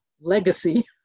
legacy